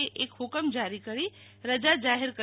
એ એક ફકમ જારી કરી રજા જાહેર કરી છે